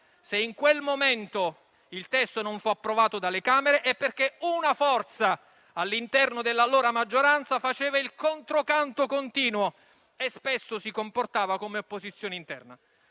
Se in quel momento il testo non fu approvato dalle Camere è perché una forza all'interno dell'allora maggioranza faceva il controcanto continuo e spesso si comportava come opposizione interna.